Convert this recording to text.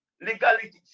Legalities